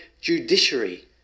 judiciary